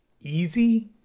easy